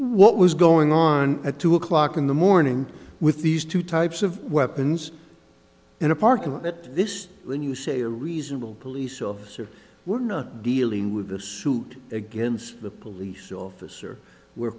what was going on at two o'clock in the morning with these two types of weapons in a parking lot that this when you say a reasonable police officer we're not dealing with a suit against the police officer we're